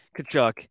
Kachuk